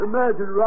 Imagine